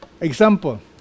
Example